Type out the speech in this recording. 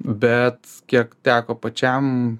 bet kiek teko pačiam